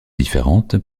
différentes